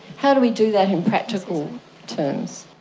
how do we do that in practical terms?